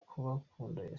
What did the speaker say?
kubakunda